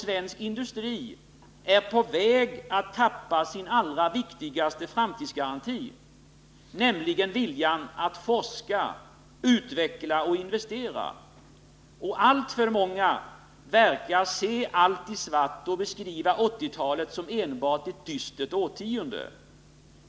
Svensk industri är på väg att tappa sin allra viktigaste framtidsgaranti, nämligen viljan att forska, utveckla och investera. Alltför många verkar se allt i svart och beskriva 1980-talet som enbart ett dystert årtionde.